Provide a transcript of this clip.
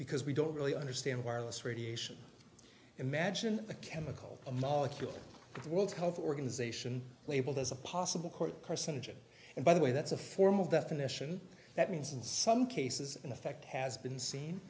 because we don't really understand wireless radiation imagine a chemical a molecule of the world health organization labeled as a possible court carcinogen and by the way that's a formal definition that means in some cases in effect has been seen